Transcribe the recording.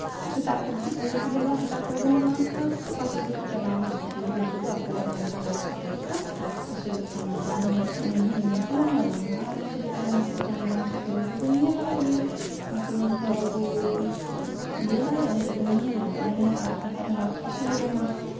ᱥᱮᱛᱟᱜ ᱠᱚ ᱟᱹᱭᱩᱵ ᱠᱚ ᱵᱚᱞᱚᱜᱼᱟ ᱥᱮᱛᱟᱜ ᱠᱚ ᱩᱰᱩᱝ ᱚᱜᱼᱟ ᱠᱚ ᱚᱠᱟ ᱥᱮᱡ ᱪᱚᱠᱚ ᱪᱟᱞᱟᱣᱱᱟ ᱟᱠᱚ ᱛᱮᱜᱮ ᱩᱱᱠᱩ ᱫᱚ ᱟᱠᱚᱣᱟᱜ ᱱᱟᱞᱦᱟ ᱵᱚᱨᱥᱟ ᱠᱟᱛᱮᱫ ᱠᱚ ᱟᱹᱥᱩᱞᱚᱜ ᱠᱟᱱᱟ ᱟᱨ ᱟᱢᱫᱚ ᱧᱮᱧᱮᱞ ᱦᱚᱸ ᱞᱟᱜᱟᱣᱢᱟ ᱟᱨ ᱩᱱᱠᱩ ᱡᱮᱴᱟ ᱢᱮᱱᱟᱜ ᱠᱚᱣᱟ ᱢᱮᱨᱚᱢ ᱥᱩᱠᱨᱤ ᱩᱱᱠᱩ ᱫᱚ ᱧᱮᱞ ᱞᱟᱜᱟᱜ ᱜᱮᱭᱟ ᱩᱱᱠᱩ ᱫᱚ ᱦᱚᱲ ᱵᱟᱠᱚ ᱤᱭᱟᱹ ᱫᱟᱲᱮᱭᱟᱜᱼᱟ ᱩᱱᱠᱩ ᱫᱚ ᱧᱮᱧᱮᱞ ᱞᱟᱜᱟᱜᱼᱟ ᱡᱮᱢᱚᱱ ᱟᱲᱟᱜ ᱠᱟᱭ ᱠᱷᱟᱡ ᱫᱚ ᱦᱚᱲᱟᱜ ᱯᱷᱚᱥᱚᱞᱮ ᱡᱚᱢᱟ